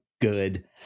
good